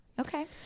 Okay